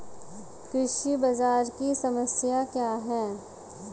कृषि बाजार की समस्या क्या है?